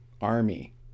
army